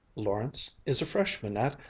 lawrence is a freshman at.